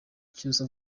cyusa